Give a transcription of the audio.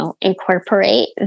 incorporate